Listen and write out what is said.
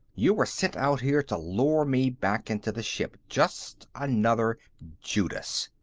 you were sent out here to lure me back into the ship. just another judas.